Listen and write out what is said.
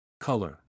Color